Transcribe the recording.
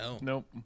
nope